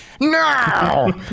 No